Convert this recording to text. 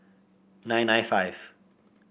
nine nine five